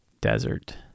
Desert